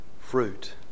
fruit